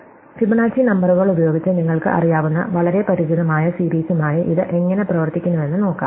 അതിനാൽ ഫിബൊനാച്ചി നമ്പറുകൾ ഉപയോഗിച്ച് നിങ്ങൾക്ക് അറിയാവുന്ന വളരെ പരിചിതമായ സീരീസുമായി ഇത് എങ്ങനെ പ്രവർത്തിക്കുന്നുവെന്ന് നോക്കാം